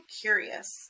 curious